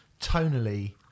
tonally